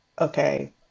Okay